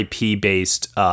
IP-based